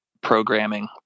programming